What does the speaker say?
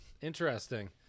Interesting